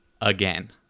again